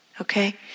Okay